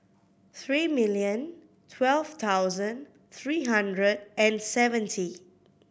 three million twelve thousand three hundred and seventy